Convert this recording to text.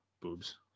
boobs